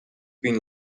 been